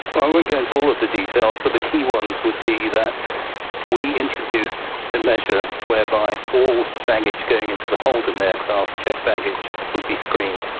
but i won't go into all of the details, but the key ones would be that we introduced a measure whereby all baggage going into the hold of an aircraft, checked baggage, would be screened.